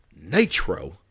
Nitro